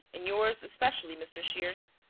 and yours especially, mr. shears.